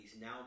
now